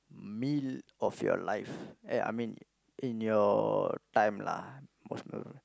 meal of your life eh I mean in your time lah most memorable